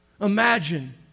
Imagine